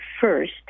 first